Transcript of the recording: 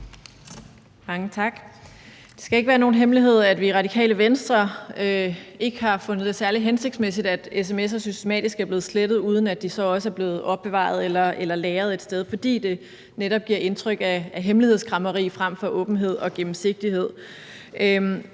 Det skal ikke være nogen hemmelighed, at vi i Radikale Venstre ikke har fundet det særlig hensigtsmæssigt, at sms'er systematisk er blevet slettet, uden at de så også er blevet opbevaret eller lagret et sted, fordi det netop giver indtryk af hemmelighedskræmmeri frem for åbenhed og gennemsigtighed.